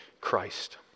Christ